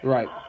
Right